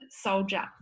soldier